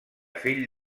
fill